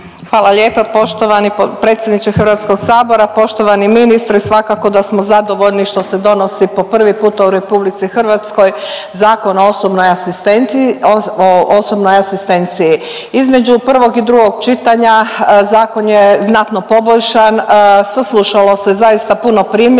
Hvala lijepa poštovani predsjedniče HS. Poštovani ministre, svakako da smo zadovoljni što se donosi po prvi puta u RH Zakon o osobnoj asistenciji, o osobnoj asistenciji. Između prvog i drugog čitanja zakon je znatno poboljšan, saslušalo se zaista puno primjedbi